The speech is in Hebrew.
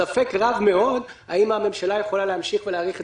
ספק רב מאוד האם הממשלה יכולה להמשיך ולהאריך את